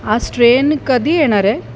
आज ट्रेन कधी येणार आहे